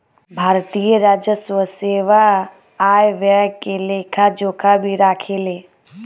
भारतीय राजस्व सेवा आय व्यय के लेखा जोखा भी राखेले